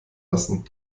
lassen